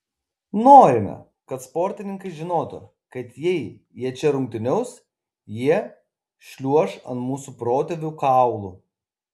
norime kad sportininkai žinotų kad jei jie čia rungtyniaus jie šliuoš ant mūsų protėvių kaulų